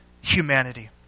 humanity